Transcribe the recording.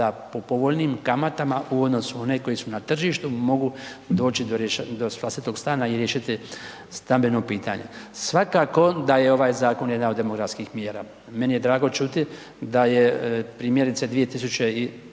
da po povoljnijim kamatama u odnosu na one koje su na tržištu mogu doći do vlastitog stana i riješiti stambeno pitanje. Svakako da je ovaj zakon jedan od demografskih mjera. Meni je drago čuti, da je primjerice 2017.g.